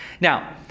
now